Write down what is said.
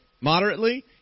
moderately